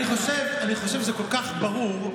אני חושב שזה כל כך ברור.